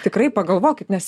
tikrai pagalvokit nes